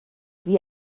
wie